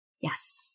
Yes